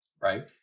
Right